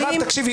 מרב, תקשיבי.